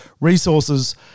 Resources